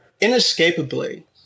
inescapably